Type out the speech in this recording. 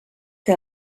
que